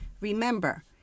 Remember